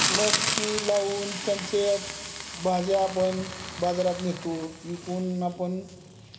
मग ती लावून त्यांचे भाज्या आपण बाजारात नेतो विकून आपण